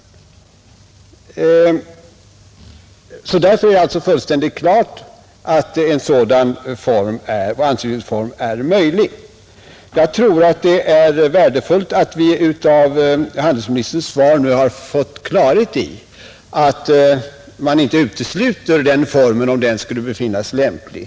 Därför är det fullständigt klart att en sådan anslutningsform är möjlig. Jag tror att det är värdefullt att vi av handelsministerns svar nu har fått klarhet i att man inte utesluter den formen, om den skulle befinnas lämplig.